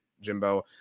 Jimbo